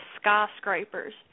skyscrapers